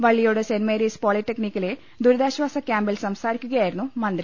Valliyode saint Mary's പോളിടെക്നിക്കിലെ ദുരിതാശ്ചാസ ക്യാമ്പിൽ സംസാരിക്കുകയായിരുന്നു മന്ത്രി